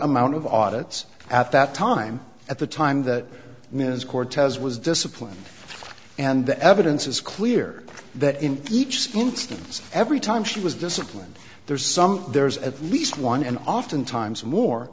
amount of audits at that time at the time that ms cortez was disciplined and the evidence is clear that in each sentence every time she was disciplined there's some there's at least one and often times more